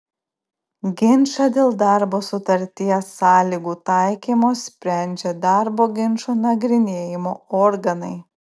ginčą dėl darbo sutarties sąlygų taikymo sprendžia darbo ginčų nagrinėjimo organai